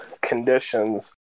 Conditions